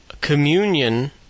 communion